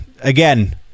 again